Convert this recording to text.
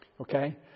Okay